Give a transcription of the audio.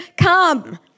come